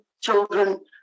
children